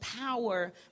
power